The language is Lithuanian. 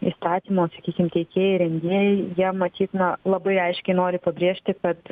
įstatymo sakykim teikėjai rengėjai jie matyt na labai aiškiai nori pabrėžti kad